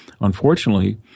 unfortunately